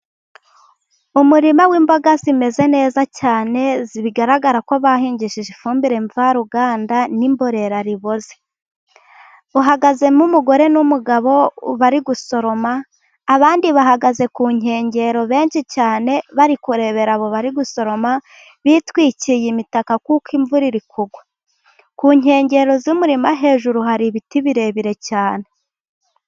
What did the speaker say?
Umurima w'imboga zimeze neza cyane, zigaragara ko bahingeshije ifumbire mvaruganda n'imborerara iboze. Uhagazemo umugore n'umugabo bari gusoroma, abandi bahagaze ku nkengero benshi cyane. Bari kurebera abo bari gusoroma bitwikiye imitaka, kuko imvura iri kugwa. Ku nkengero z'umurima hejuru hari ibiti birebire cyane.